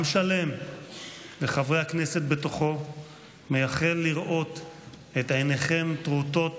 עם שלם וחברי הכנסת בתוכו מייחל לראות את עיניכם הטרוטות